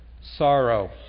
sorrow